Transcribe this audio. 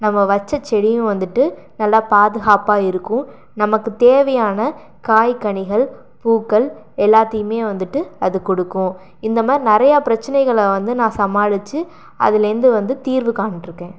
நம்ம வச்ச செடியும் வந்துட்டு நல்லா பாதுகாப்பாக இருக்கும் நமக்கு தேவையான காய்கனிகள் பூக்கள் எல்லாத்தையுமே வந்துட்டு அது கொடுக்கும் இந்த மாதிரி நிறைய பிரச்சனைகளை வந்து நான் சமாளித்து அதிலிருந்து வந்து தீர்வு கண்டுருக்கேன்